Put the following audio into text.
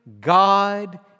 God